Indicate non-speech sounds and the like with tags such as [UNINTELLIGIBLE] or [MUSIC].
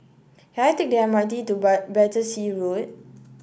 can I take the M R T to [UNINTELLIGIBLE] Battersea Road